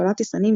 הפעלת טיסנים,